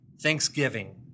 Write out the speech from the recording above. Thanksgiving